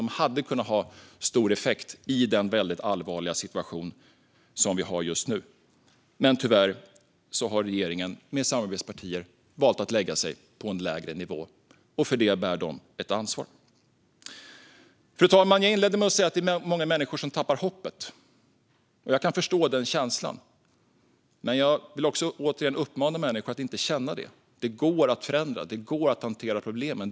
De hade kunnat ha stor effekt i den väldigt allvarliga situation som vi just nu har. Men tyvärr har regeringen med samarbetspartier valt att lägga sig på en lägre nivå. För det bär de ett ansvar. Fru talman! Jag inledde med att säga att det är många människor som tappar hoppet. Jag kan förstå den känslan. Men jag vill återigen uppmana människor att inte känna så. Detta går att förändra. Det går att hantera problemen.